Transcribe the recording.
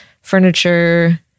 furniture